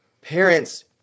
parents